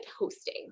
hosting